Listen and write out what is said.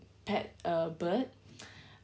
pet uh bird